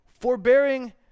Forbearing